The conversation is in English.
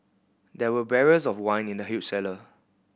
there were barrels of wine in the huge cellar